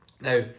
now